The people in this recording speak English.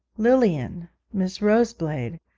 lilian miss roseblade,